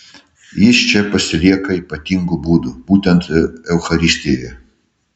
jis čia pasilieka ypatingu būdu būtent eucharistijoje